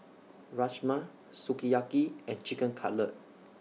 Rajma Sukiyaki and Chicken Cutlet